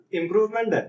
improvement